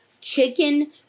chicken